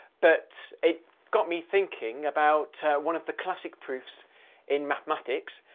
but it got me thinking about one of the classic proofs in mathematics,